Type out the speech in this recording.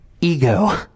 ego